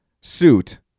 suit